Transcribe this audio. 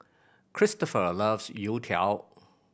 Kristoffer loves youtiao